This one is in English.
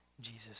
Jesus